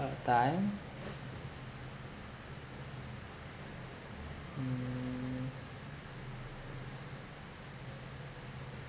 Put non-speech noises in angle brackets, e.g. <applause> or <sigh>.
a time <noise> mm